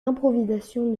improvisation